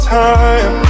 time